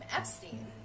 Epstein